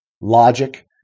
logic